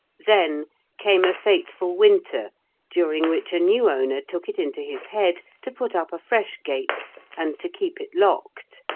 then came a fateful winter during which a new owner took it into his head to put up a fresh gate and to keep it locked,